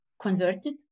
converted